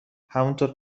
همونطور